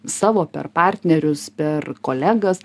savo per partnerius per kolegas